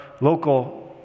local